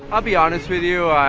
i'll be honest with you.